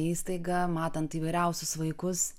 įstaigą matant įvairiausius vaikus